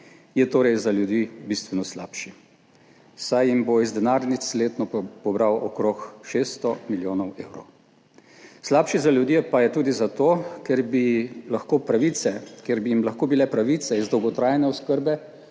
je torej za ljudi bistveno slabši, saj jim bo iz denarnic letno pobral okrog 600 milijonov evrov. Slabši za ljudi pa je tudi zato, ker bi lahko pravice, ker bi